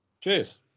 cheers